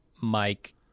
Mike